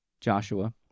Joshua